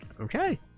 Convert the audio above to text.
Okay